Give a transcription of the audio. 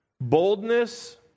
boldness